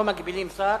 לא מגבילים שר,